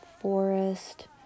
forest